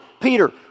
Peter